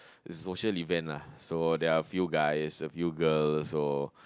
is social event lah so there are a few guys a few girls or